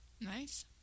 Nice